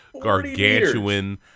gargantuan